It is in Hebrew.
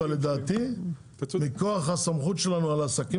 אבל לדעתי מכוח הסמכות שלנו על העסקים